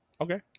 okay